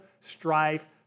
strife